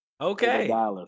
Okay